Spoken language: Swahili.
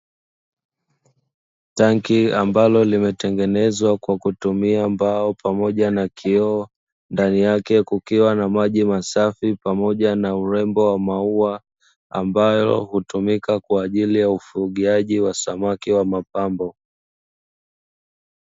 Tanki ambalo limetengenezwa kwa kutumia mbao pamoja na kioo, ndani yake kukiwa na maji masafi pamoja na urembo wa maua ambayo hutumika kwaajili ya ufugaji wa samaki wa mapambo.